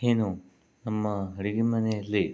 ಏನು ನಮ್ಮ ಅಡುಗೆ ಮನೆಯಲ್ಲಿ